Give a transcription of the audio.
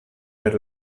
per